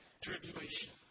tribulation